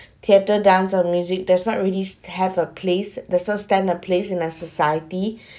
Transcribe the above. theatre dance on music there's not ready to have a place the so standard place in our society